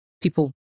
people